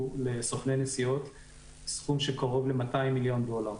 לסוכני נסיעות סכום של קרוב ל-200 מיליון דולר.